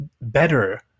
better